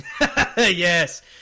yes